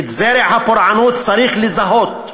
את זרע הפורענות צריך לזהות,